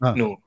no